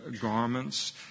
garments